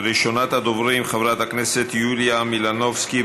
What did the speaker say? ראשונת הדוברים, חברת הכנסת יוליה מלינובסקי.